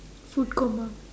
food coma